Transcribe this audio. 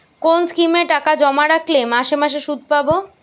কোন স্কিমে টাকা জমা রাখলে মাসে মাসে সুদ পাব?